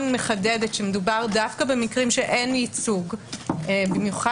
מחדדת שמדובר דווקא במקרים שאין ייצוג- -- לא,